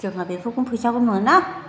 जोंहा बेफोरखौनो फैसाखौ मोना